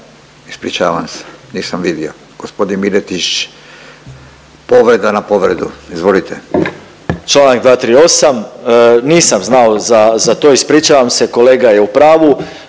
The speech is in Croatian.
Ispričavam se, nisam vidio. Gospodin Miletić, povreda na povredu, izvolite. **Miletić, Marin (MOST)** Čl. 238. Nisam znao za, za to, ispričavam se kolega je u pravu.